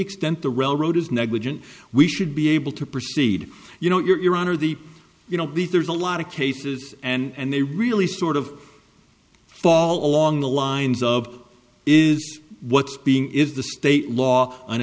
extent the railroad is negligent we should be able to proceed you know your honor the you know there's a lot of cases and they really sort of fall along the lines of is what's being is the state law an